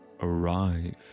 arrive